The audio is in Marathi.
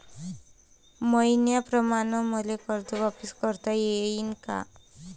मईन्याप्रमाणं मले कर्ज वापिस करता येईन का?